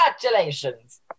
Congratulations